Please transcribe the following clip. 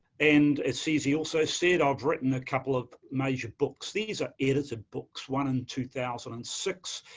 and ceci also said i've written a couple of major books, these are edited books, one in two thousand and six,